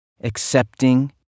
accepting